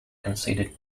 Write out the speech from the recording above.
considered